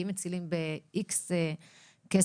אם מצילים חיים ב-X כסף,